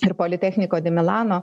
ir politechniko di milano